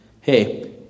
hey